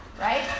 right